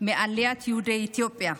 מעליית יהודי אתיופיה.